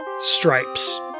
stripes